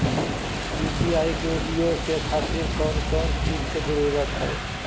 UPI के उपयोग के खातिर कौन कौन चीज के जरूरत है?